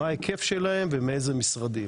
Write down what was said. מה ההיקף שלהן, ומאיזה משרדים.